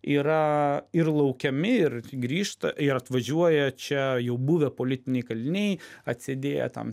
yra ir laukiami ir grįžta ir atvažiuoja čia jau buvę politiniai kaliniai atsėdėję tam